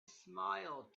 smiled